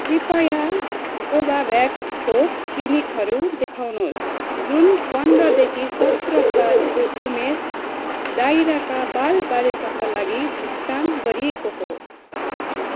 कृपया कोभोभ्याक्स खोप क्लिनिकहरू देखाउनुहोस् जुन पन्ध्रदेखि सत्र सालको उमेर दायराका बालबालिकाका लागि भुक्तान गरिएको हो